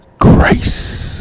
grace